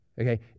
Okay